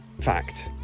fact